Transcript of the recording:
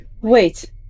Wait